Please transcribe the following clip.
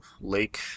lake